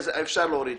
אפשר להוריד את זה.